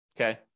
Okay